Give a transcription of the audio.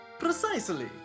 Precisely